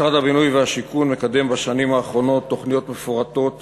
משרד הבינוי והשיכון מקדם בשנים האחרונות תוכניות מפורטות